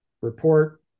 report